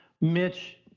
Mitch